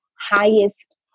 highest